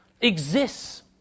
exists